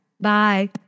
Bye